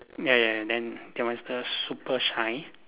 ya ya ya then that one is super shine